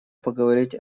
поговорить